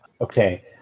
Okay